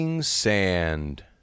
Sand